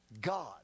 God